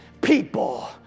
people